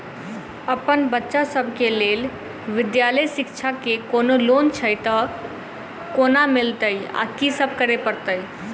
अप्पन बच्चा सब केँ लैल विधालय शिक्षा केँ कोनों लोन छैय तऽ कोना मिलतय आ की सब करै पड़तय